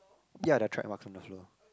ya there are track marks on the floor